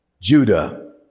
Judah